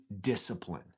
discipline